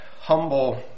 humble